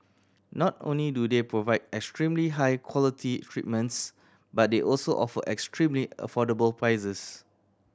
not only do they provide extremely high quality treatments but they also offer extremely affordable prices